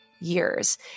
years